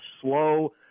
slow